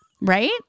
Right